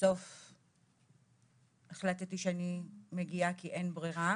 בסופו של דבר החלטתי שאני מגיעה כי אין לי ברירה